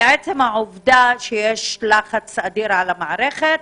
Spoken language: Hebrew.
ועצם העובדה שיש לחץ אדיר על המערכת